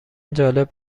جالب